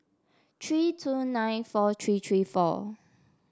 three two nine four three three four